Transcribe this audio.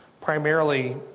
primarily